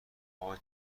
وای